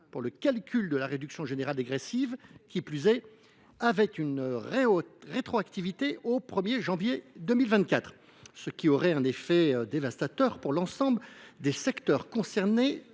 pour le calcul de la réduction générale dégressive, qui plus est avec une rétroactivité au 1 janvier 2024, ce qui aurait un effet dévastateur pour l’ensemble des secteurs